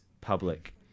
public